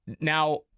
Now